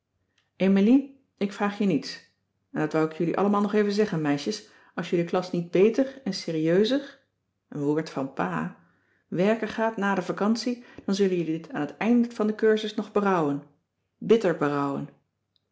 ik vraag je niets en dat wou ik jullie allemaal nog even zeggen meisjes als jullie klas niet beter en serieuser een woord van pa werken gaat na de vacantie dan zullen jullie dit aan t eind van den cursus nog berouwen